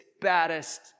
baddest